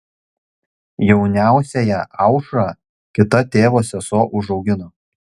jauniausiąją aušrą kita tėvo sesuo užaugino